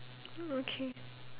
okay